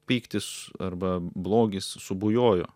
pyktis arba blogis subujojo